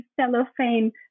cellophane